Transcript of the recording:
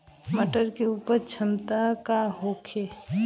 मटर के उपज क्षमता का होखे?